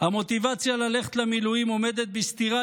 "המוטיבציה ללכת למילואים עומדת בסתירה